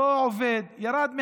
לא עובד, ירד מהכביש,